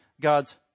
God's